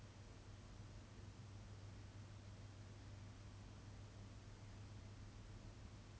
rich ex girlfriend's house it can't happen in our house because we live in H_D_B